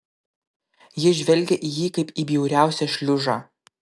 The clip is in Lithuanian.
ji žvelgė į jį kaip į bjauriausią šliužą